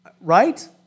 Right